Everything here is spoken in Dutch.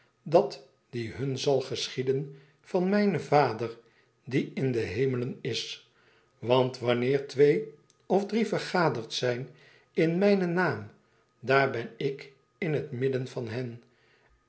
dat die hun zal geschieden van mijnen vader die in de hemelen is want wanneer twee of drie vergaderd zijn in mijnen naam daar ben ik in het midden van hen